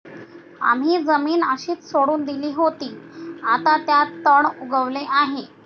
आम्ही जमीन अशीच सोडून दिली होती, आता त्यात तण उगवले आहे